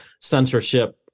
censorship